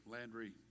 Landry